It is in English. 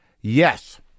Yes